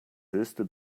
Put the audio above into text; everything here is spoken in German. höchste